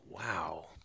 Wow